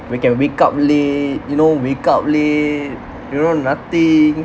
we can wake up late you know wake up late you know nothing